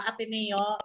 ateneo